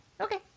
Okay